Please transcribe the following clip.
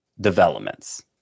developments